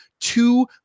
two